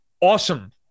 awesome